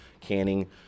canning